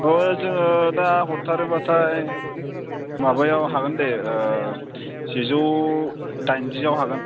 अ जोङो दा हरथारोब्लाथाय माबायाव हागोन दे ओ सेजौ दाइनजियाव हागोन